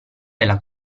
della